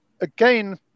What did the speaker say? again